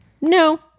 no